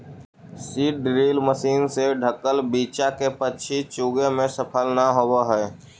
seed drill machine से ढँकल बीचा के पक्षी चुगे में सफल न होवऽ हई